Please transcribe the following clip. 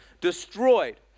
destroyed